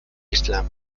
islam